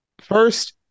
First